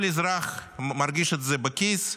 כל אזרח מרגיש את זה בכיס,